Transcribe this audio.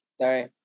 Sorry